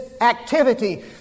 activity